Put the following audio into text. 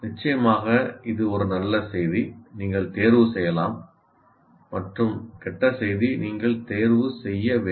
நிச்சயமாக இது ஒரு நல்ல செய்தி நீங்கள் தேர்வு செய்யலாம் மற்றும் கெட்ட செய்தி நீங்கள் தேர்வு செய்ய வேண்டும்